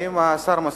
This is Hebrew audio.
האם השר מסכים?